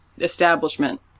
establishment